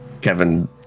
Kevin